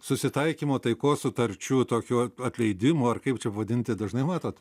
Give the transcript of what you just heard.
susitaikymo taikos sutarčių tokio atleidimo ar kaip čia pavadinti dažnai matot